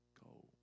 go